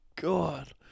God